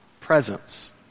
presence